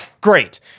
Great